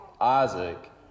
Isaac